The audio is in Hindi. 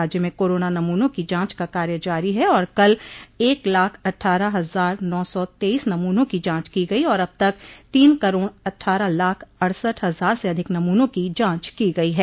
राज्य में कोरोना नमूनों की जांच का कार्य जारी है और कल एक लाख अट्ठारह हजार नौ सो तेइस नमूनों की जांच की गई और अब तक तीन करोड़ अटठारह लाख अड़सठ हजार से अधिक नमूनों की जांच की गई है